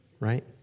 Right